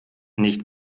nicht